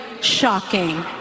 shocking